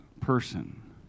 person